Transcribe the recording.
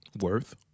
Worth